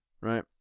right